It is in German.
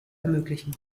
ermöglichen